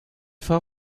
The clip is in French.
fois